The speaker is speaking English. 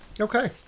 Okay